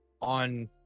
On